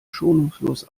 schonungslos